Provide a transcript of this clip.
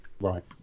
Right